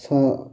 ଛଅ